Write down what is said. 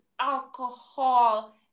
alcohol